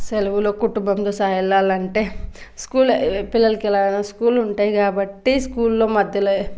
సెలవులో కుటుంబంతో సహా వెళ్ళాలంటే స్కూల్ పిల్లలకు ఎలా స్కూల్ ఉంటాయి కాబట్టి స్కూల్లో మధ్యలో